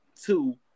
two